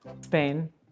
Spain